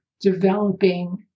developing